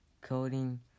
coding